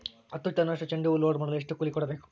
ಹತ್ತು ಟನ್ನಷ್ಟು ಚೆಂಡುಹೂ ಲೋಡ್ ಮಾಡಲು ಎಷ್ಟು ಕೂಲಿ ಕೊಡಬೇಕು?